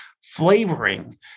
flavoring